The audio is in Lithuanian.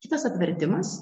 kitas apvertimas